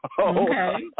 Okay